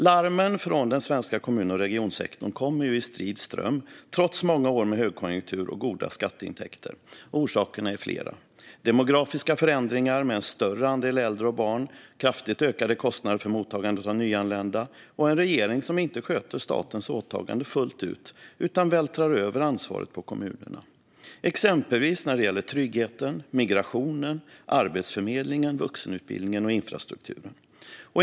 Larmen från den svenska kommun och regionsektorn kommer i strid ström, trots många år med högkonjunktur med goda skatteintäkter. Orsakerna är flera: demografiska förändringar med en större andel äldre och barn, kraftigt ökade kostnader för mottagandet av nyanlända och en regering som inte sköter statens åtaganden fullt ut utan vältrar över ansvaret på kommunerna. Det gäller exempelvis tryggheten, migrationen, arbetsförmedlingen, vuxenutbildningen och infrastrukturen.